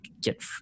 get